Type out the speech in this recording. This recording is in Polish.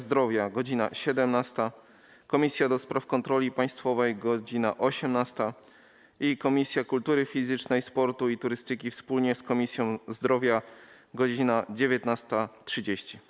Zdrowia - godz. 17, - do Spraw Kontroli Państwowej - godz. 18, - Kultury Fizycznej, Sportu i Turystyki wspólnie z Komisją Zdrowia - godz. 19.30.